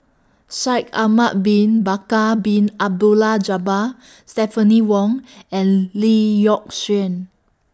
Shaikh Ahmad Bin Bakar Bin Abdullah Jabbar Stephanie Wong and Lee Yock Suan